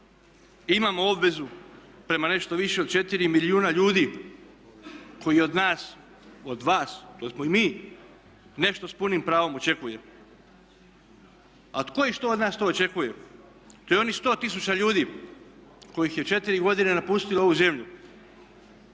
imamo obvezu prema nešto više od 4 milijuna ljudi koji od nas, od vas, to smo i mi, nešto s punim pravom očekujemo. A tko i što od nas to očekuje? To je onih 100 tisuća ljudi kojih je u 4 godine napustilo ovu zemlju.